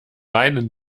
meinen